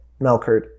Melkert